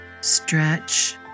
stretch